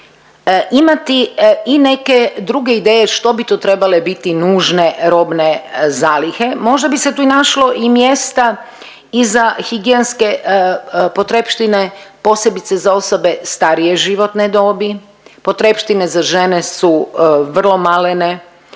imati i neke druge ideje što bi to trebale biti nužne robne zalihe. Možda bi se tu i našlo i mjesta i za higijenske potrepštine posebice za osobe starije životne dobi, potrepštine za žene su vrlo malene